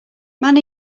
man